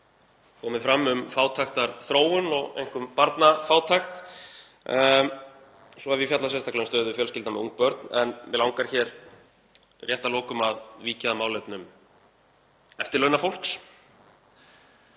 komið fram um fátæktarþróun, einkum barnafátækt. Svo hef ég fjallað sérstaklega um stöðu fjölskyldna með ung börn. En mig langar hér rétt að lokum að víkja að málefnum eftirlaunafólks